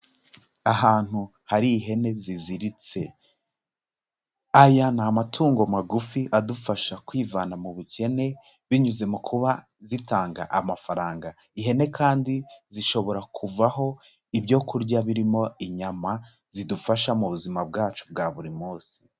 Ahantu hari ihene ziziritse, aya ni amatungo magufi adufasha kwivana mu bukene binyuze mu kuba zitanga amafaranga, ihene kandi zishobora kuvaho ibyo kurya birimo inyama zidufasha mu buzima bwacu bwa buri munsi.